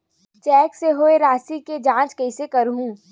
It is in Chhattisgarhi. चेक से होए राशि के जांच कइसे करहु?